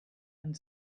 and